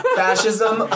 fascism